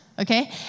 okay